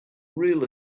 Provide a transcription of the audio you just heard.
real